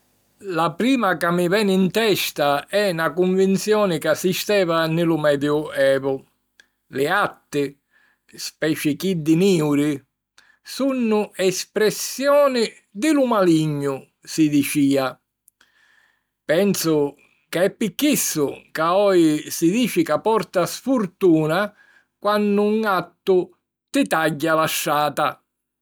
La prima ca mi veni 'n testa è na cunvinzioni ca esisteva nni lu Mediu Evu: li gatti, speci chiddi niuri, sunnu espressioni di lu malignu, si dicìa. Pensu ca è pi chissu ca oji si dici ca porta sfurtuna quannu un gattu ti tagghia la strata.